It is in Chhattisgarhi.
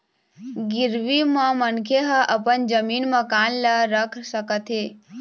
गिरवी म मनखे ह अपन जमीन, मकान ल रख सकत हे